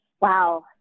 wow